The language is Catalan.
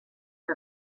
que